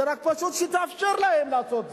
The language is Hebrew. שפשוט רק תאפשר להם לעשות זאת.